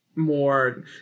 more